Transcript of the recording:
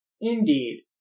Indeed